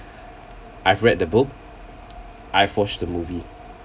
I've read the book I've watched the movie